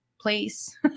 place